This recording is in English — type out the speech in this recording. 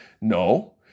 No